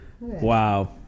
Wow